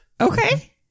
Okay